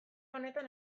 honetan